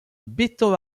béton